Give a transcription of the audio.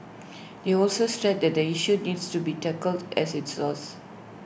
they also stressed that the issue needs to be tackled at its source